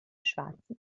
schwarzen